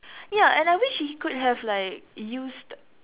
ya and I wished he could have like used